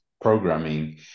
programming